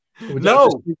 No